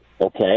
okay